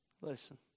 Listen